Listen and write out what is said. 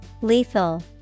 Lethal